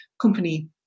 company